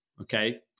okay